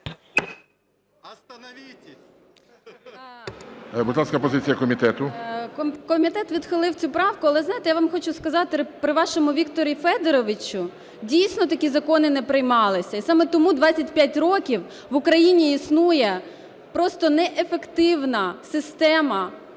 комітету. 14:42:51 СТЕФАНИШИНА О.А. Комітет відхилив цю правку. Але, знаєте, я вам хочу сказати, при вашому Вікторі Федоровичу дійсно такі закони не приймалися. І саме тому 25 років в Україні існує просто неефективна система